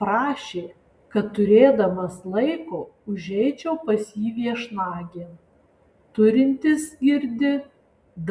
prašė kad turėdamas laiko užeičiau pas jį viešnagėn turintis girdi